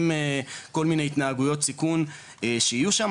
עם כל מיני התנהגויות סיכון שיהיו שמה,